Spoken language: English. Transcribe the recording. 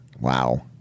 wow